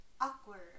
Awkward